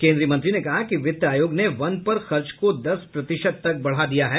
केन्द्रीय मंत्री ने कहा कि वित्त आयोग ने वन पर खर्च को दस प्रतिशत तक बढ़ा दिया है